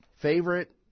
favorite